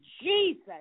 Jesus